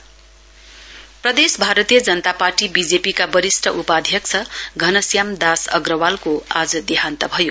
BJP प्रदेश Bharatiya Janata party बीजेपीको वरिष्ठ उपाध्यक्ष धनश्याम दास अग्रवालको आज देहान्त भयो